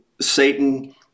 Satan